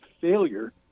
failure